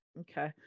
okay